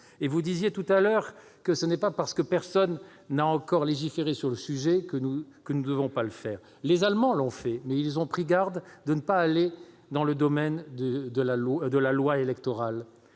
monsieur le ministre, que ce n'est pas parce que personne n'a encore légiféré sur le sujet que nous ne devons pas le faire. Les Allemands l'ont fait, mais ils ont pris garde de ne pas toucher au domaine de la loi électorale.